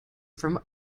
from